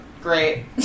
Great